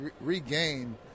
regain